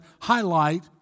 highlight